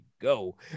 go